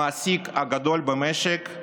המעסיק הגדול במשק,